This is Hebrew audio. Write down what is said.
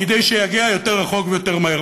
כדי שיגיע יותר רחוק ויותר מהר.